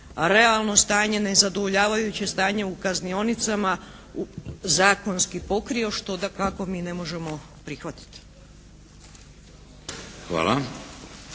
realno stanje, nezadovoljavajuće stanje u kaznionicama zakonski pokrio, što dakako mi ne možemo prihvatit.